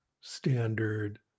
standard